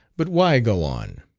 but why go on?